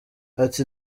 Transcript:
ati